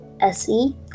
SE